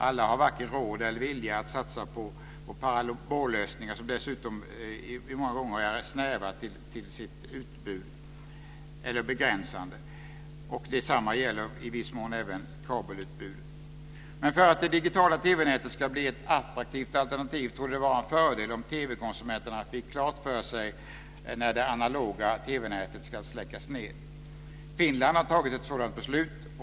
Alla har inte råd eller viljan att satsa på parabollösningar, som dessutom många gånger är snävare eller begränsande i sitt utbud. Detsamma gäller i viss mån även kabelutbud. För att det digitala TV-nätet ska bli ett attraktivt alternativ torde det vara en fördel om TV konsumenterna fick klart för sig när det analoga TV nätet ska släckas ned. Finland har tagit ett sådant beslut.